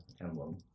emblem